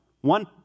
One